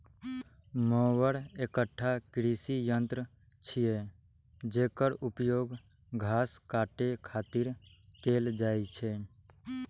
mower एकटा कृषि यंत्र छियै, जेकर उपयोग घास काटै खातिर कैल जाइ छै